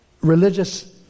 religious